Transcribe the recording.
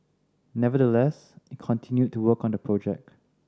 nevertheless it continued to work on the project